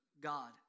God